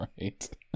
Right